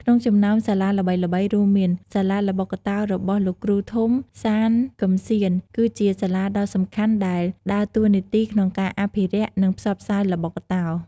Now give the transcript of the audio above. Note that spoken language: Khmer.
ក្នុងចំណោមសាលាល្បីៗរួមមាន សាលាល្បុក្កតោរបស់លោកគ្រូធំ សាន គឹមស៊ាន: គឺជាសាលាដ៏សំខាន់ដែលដើរតួនាទីក្នុងការអភិរក្ស និងផ្សព្វផ្សាយល្បុក្កតោ។